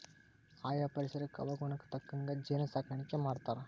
ಆಯಾ ಪರಿಸರಕ್ಕ ಹವಾಗುಣಕ್ಕ ತಕ್ಕಂಗ ಜೇನ ಸಾಕಾಣಿಕಿ ಮಾಡ್ತಾರ